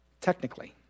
Technically